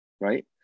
right